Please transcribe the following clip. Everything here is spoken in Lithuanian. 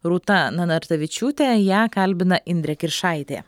rūta nanartavičiūtė ją kalbina indrė kiršaitė